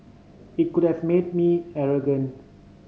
it could have made me arrogant